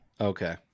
Okay